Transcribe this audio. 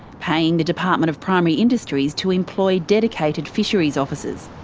paying the department of primary industries to employ dedicated fisheries officers.